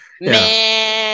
man